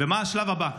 ומה השלב הבא?